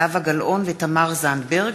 זהבה גלאון ותמר זנדברג,